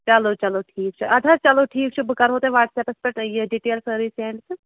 چلو چلو ٹھیٖک چھُ اَدٕ حظ چلو ٹھیٖک چھُ بہٕ کَرٕہو تۄہہِ وَٹسیپَس پٮ۪ٹھ تۄہہِ یہِ ڈِٹیل سٲرٕے سٮ۪نٛڈ تہٕ